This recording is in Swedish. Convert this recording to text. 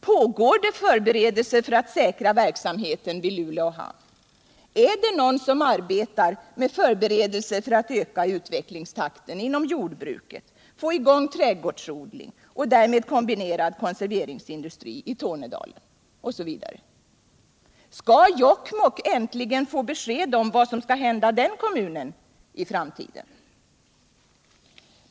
Pågår det förberedelser för att säkra verksamheten vid Luleå hamn? Är det någon som arbetar med förberedelser för att öka utvecklingstakten inom jordbruket, få i gång trädgårdsodling och därmed kombinerad konserveringsindustri i Tornedalen osv.? Skall Jokkmokk äntligen få besked om vad som skall hända den kommunen i framtiden?